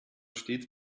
stets